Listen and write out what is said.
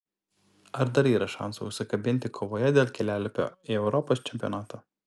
ar dar yra šansų užsikabinti kovoje dėl kelialapio į europos čempionatą